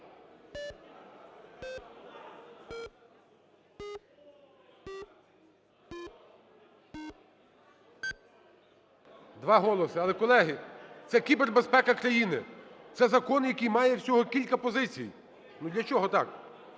Два голоси. Але, колеги, це кібербезпека країни. Це закон, який має всього кілька позицій. Ну для чого так?